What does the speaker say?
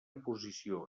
posició